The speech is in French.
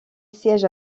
siège